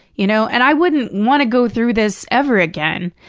you know and i wouldn't wanna go through this ever again,